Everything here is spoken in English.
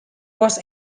was